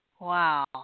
Wow